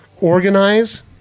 organize